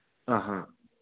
ꯑꯥ ꯑꯥ